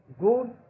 good